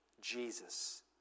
Jesus